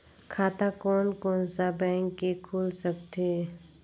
खाता कोन कोन सा बैंक के खुल सकथे?